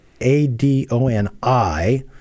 A-D-O-N-I